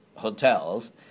Hotels